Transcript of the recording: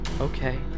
Okay